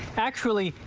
actually,